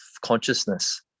consciousness